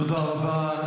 תודה רבה.